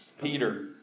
Peter